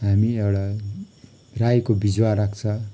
हामी एउडा राईको बिजुवा राख्छ